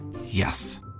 Yes